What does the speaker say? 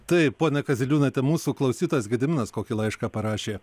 taip ponia kaziliūnaite mūsų klausytas gediminas kokį laišką parašė